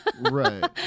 Right